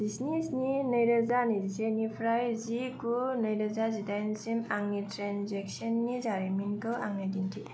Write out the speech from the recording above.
जिस्नि स्नि नैरोजा नैजिनिफ्राय जि गु नैरोजा जिदाइनसिम आंनि ट्रेन्जेकसननि जारिमिनखौ आंनो दिन्थि